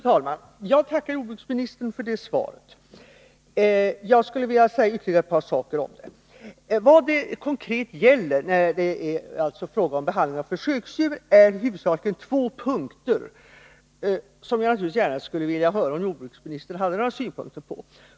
Fru talman! Jag tackar jordbruksministern för det svaret. Jag skulle vilja säga ytterligare ett par saker om det. Vad det konkret gäller när det är fråga om behandlingen av försöksdjur är huvudsakligen två punkter, som jag gärna skulle vilja höra om jordbruksministern har några synpunkter på.